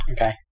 Okay